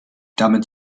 damit